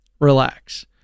relax